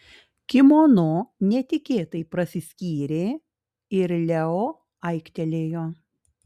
kimono netikėtai prasiskyrė ir leo aiktelėjo